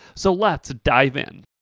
so let's dive in.